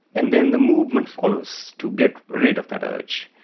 and then the movement follows, to get rid of that urge.